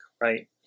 right